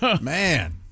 Man